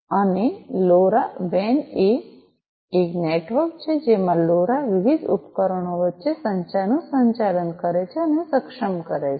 અને લોરા વેન એ એક નેટવર્ક છે જેમાં લોરા વિવિધ ઉપકરણો વચ્ચે સંચારનું સંચાલન કરે છે અને સક્ષમ કરે છે